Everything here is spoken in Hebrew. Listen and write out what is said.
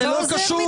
זה לא עוזר.